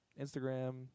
instagram